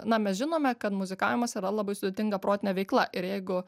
na mes žinome kad muzikavimas yra labai sudėtinga protinė veikla ir jeigu